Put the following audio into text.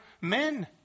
men